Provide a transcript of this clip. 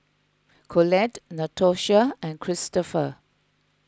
Collette Natosha and Christoper